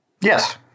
Yes